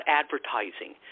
advertising